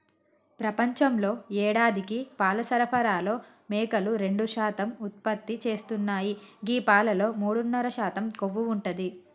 ప్రపంచంలో యేడాదికి పాల సరఫరాలో మేకలు రెండు శాతం ఉత్పత్తి చేస్తున్నాయి గీ పాలలో మూడున్నర శాతం కొవ్వు ఉంటది